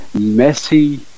messy